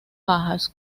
bajas